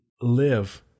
live